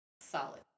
Solid